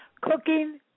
cooking